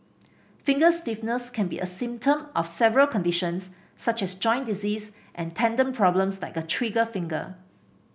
finger stiffness can be a symptom of several conditions such as joint disease and tendon problems like a trigger finger